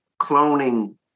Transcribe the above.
cloning